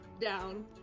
down